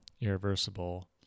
irreversible